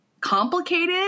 complicated